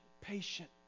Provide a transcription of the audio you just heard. patient